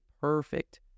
perfect